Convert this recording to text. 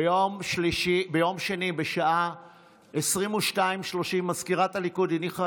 ביום שני בשעה 22:30 מזכירת הליכוד הניחה